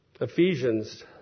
Ephesians